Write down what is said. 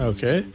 Okay